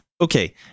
okay